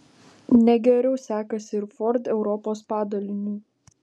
ne geriau sekasi ir ford europos padaliniui